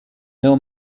mill